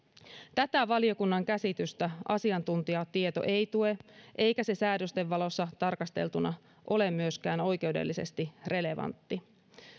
tätä valiokunnan käsitystä asiantuntijatieto ei tue eikä se säädösten valossa tarkasteltuna ole myöskään oikeudellisesti relevantti